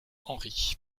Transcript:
henry